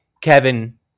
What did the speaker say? Kevin